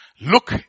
Look